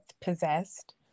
possessed